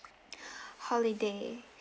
holiday